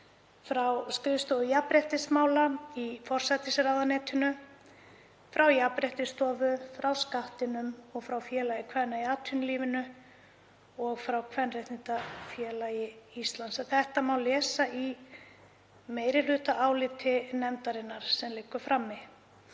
frá skrifstofu jafnréttismála í forsætisráðuneytinu, frá Jafnréttisstofu, frá Skattinum, frá Félagi kvenna í atvinnulífinu og frá Kvenréttindafélagi Íslands. Þetta má lesa í meirihlutaáliti nefndarinnar sem liggur frammi.